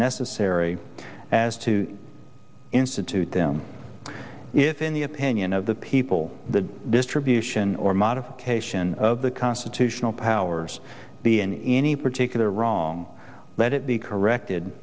necessary as to institute if in the opinion of the people the distribution or modification of the constitutional powers be in any particular wrong let it be corrected